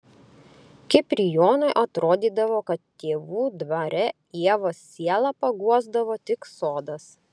kiprijonui atrodydavo kad tėvų dvare ievos sielą paguosdavo tik sodas